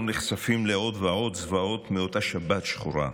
נחשפים לעוד ועוד זוועות מאותה שבת שחורה.